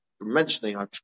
mentioning